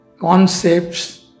concepts